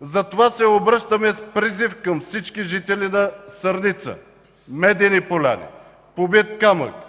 Затова се обръщаме с призив към всички жители на Сърница, Медени поляни, Побит камък,